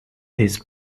his